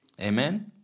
amen